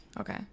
Okay